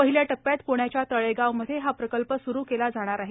पहिल्या टप्प्यात प्ण्याच्या तळेगावमध्ये हा प्रकल्प सुरू केला जाणार आहे